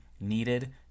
needed